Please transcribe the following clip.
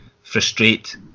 frustrate